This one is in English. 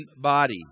body